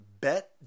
Bet